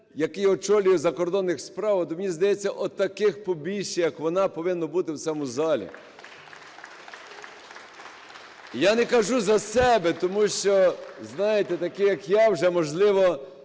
який очолює, закордонних справ, от мені здається, от таких побільше, як вона, повинно бути в цьому залі. (Оплески) Я не кажу за себе. Тому що, знаєте, такі, як я, вже, можливо,